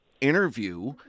interview